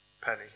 penny